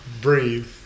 breathe